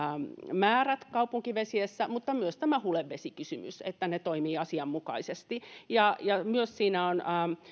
määrät kaupunkivesissä kuin myös hulevesikysymys että ne toimivat asianmukaisesti siinä on